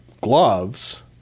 gloves